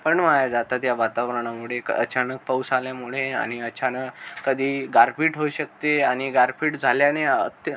पण वाया जातात या वातावरणामुळे क अचानक पाऊस आल्यामुळे आणि अचानक कधी गारपीट होऊ शकते आणि गारपीट झाल्याने अत्य